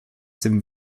dem